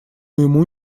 ему